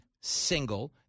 single